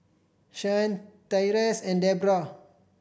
Shyanne Tyrese and Debrah